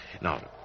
Now